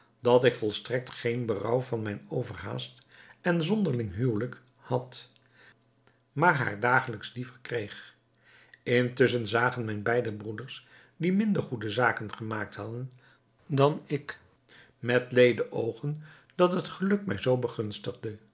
dat ik volstrekt geen berouw van mijn overhaast en zonderling huwelijk had maar haar dagelijks liever kreeg intusschen zagen mijn beide broeders die minder goede zaken gemaakt hadden dan ik met leede oogen dat het geluk mij zoo begunstigde